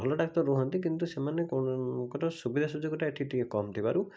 ଭଲ ଡ଼ାକ୍ତର ରୁହନ୍ତି କିନ୍ତୁ ସେମାନଙ୍କର ସୁବିଧା ସୁଯୋଗଟା ଏଠି ଟିକିଏ କମ୍ ଥିବାରୁ